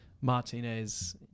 Martinez